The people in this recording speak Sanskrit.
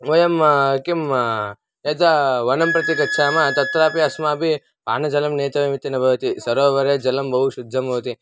वयं किं यदा वनं प्रति गच्छामः तत्रापि अस्माभिः पानजलं नेतव्यमिति न भवति सरोवरे जलं बहु शुद्धं भवति